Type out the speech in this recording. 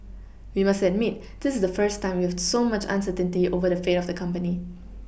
we must admit this is the first time we've so much uncertainty over the fate of the company